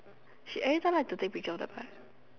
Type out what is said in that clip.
she every time like to take picture of the butt